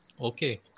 Okay